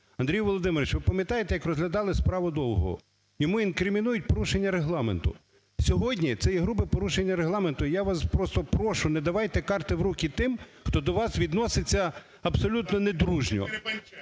Андрій Володимирович, ви пам'ятаєте, як розглядали справу Довгого? Йому інкримінують порушення Регламенту. Сьогодні це є грубе порушення Регламенту. Я вас просто прошу, не давайте "карти в руки" тим, хто до вас відноситься абсолютно недружньо.